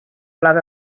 olev